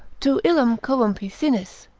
tu illum corrumpi sinis,